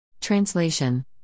Translation